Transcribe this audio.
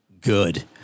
good